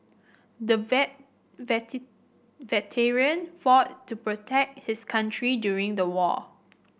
the vet veteran fought to protect his country during the war